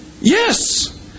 yes